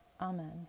amen